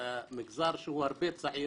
שהוא מגזר צעיר